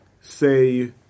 say